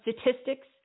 statistics